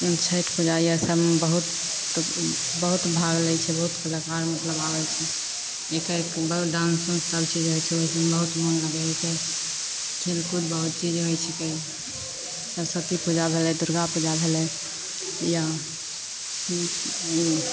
छैठ पूजा यएह सभमे बहुत तऽ बहुत भाग लै छै बहुत कलाकार मतलब आबय छै हिके डान्स उन्स सभ चीज होइ छै ओइ सभमे बहुत मोन लगैय हिके खेलकूद बहुत चीज होइ छिके सरस्वती पूजा भेलय दुर्गा पूजा भेलय या ई